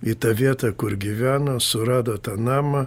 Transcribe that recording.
į tą vietą kur gyveno surado tą namą